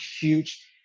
huge